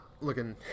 looking